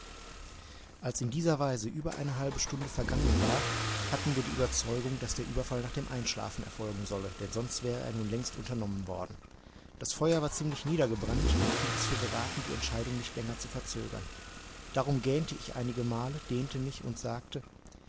als in dieser weise über eine halbe stunde vergangen war hatten wir die ueberzeugung daß der ueberfall nach dem einschlafen erfolgen solle denn sonst wäre er nun längst unternommen worden das feuer war ziemlich niedergebrannt und ich hielt es für geraten die entscheidung nicht länger zu verzögern darum gähnte ich einige male dehnte mich und sagte